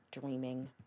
dreaming